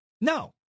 No